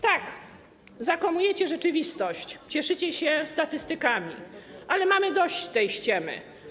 Tak, zakłamujecie rzeczywistość, cieszycie się statystykami, ale mamy dość tej ściemy.